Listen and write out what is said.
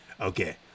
okay